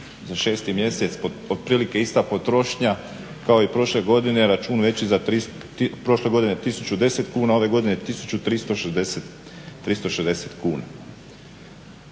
za 6. mjesec, otprilike ista potrošnja kao i prošle godine, račun veći za 300, prošle godine 1010 kuna, ove godine 1360 kuna.